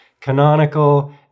canonical